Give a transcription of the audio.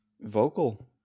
vocal